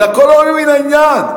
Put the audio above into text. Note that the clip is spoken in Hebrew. הכול לא ממין העניין,